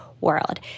world